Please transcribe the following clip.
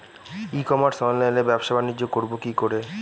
ই commerce অনলাইনে ব্যবসা বানিজ্য করব কি করে?